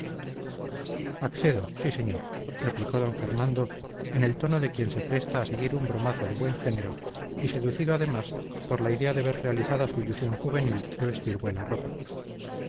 accedo sí señor replicó d fernando en el tono de quien se presta a seguir un bromazo de buen género y seducido además por la idea de ver realizada su ilusión juvenil de vestir buena ropa